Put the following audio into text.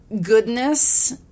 goodness